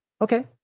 Okay